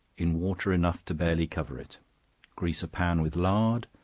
in water enough to barely cover it grease a pan with lard,